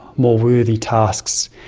more worthy tasks.